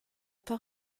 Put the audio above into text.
pas